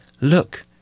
look